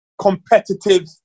competitive